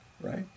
right